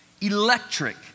Electric